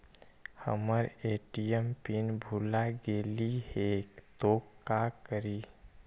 हमर ATM PIN भूला गेली हे, तो का करि?